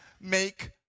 make